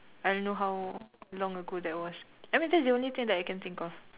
I don't know how long ago that was I mean that's the only thing that I can think of